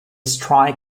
strike